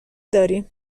داریم